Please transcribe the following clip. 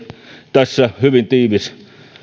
tässä hyvin tiivis katsaus